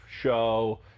show